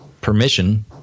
permission